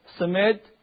Submit